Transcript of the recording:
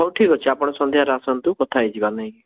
ହଉ ଠିକ୍ ଅଛି ଆପଣ ସନ୍ଧ୍ୟାରେ ଆସନ୍ତୁ କଥା ହେଇଯିବା ଆମେ